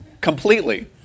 Completely